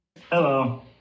hello